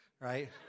right